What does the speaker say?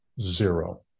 zero